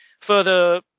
further